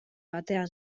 batean